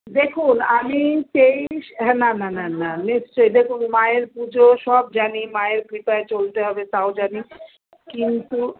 দেখুন আমি তেইশ হ্যাঁ না না না না নিশ্চয় দেখুন মায়ের পুজো সব জানি মায়ের কৃপায় চলতে হবে তাও জানি কিন্তু